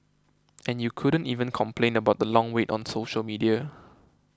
and you couldn't even complain about the long wait on social media